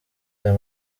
ayo